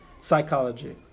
Psychology